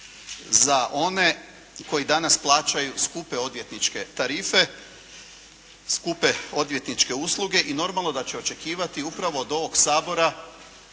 za one koji danas plaćaju skupe odvjetničke tarife, skupe odvjetničke usluge i normalno da će očekivati upravo od ovog Sabora